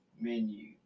menu